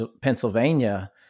Pennsylvania